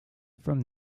from